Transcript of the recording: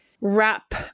wrap